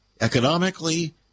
economically